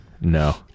no